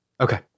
Okay